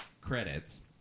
credits